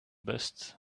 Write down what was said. best